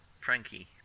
Frankie